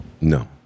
No